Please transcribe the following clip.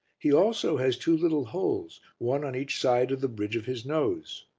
he also has two little holes, one on each side of the bridge of his nose.